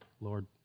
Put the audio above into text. Lord